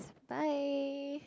bye